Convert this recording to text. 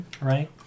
right